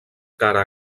cara